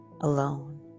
alone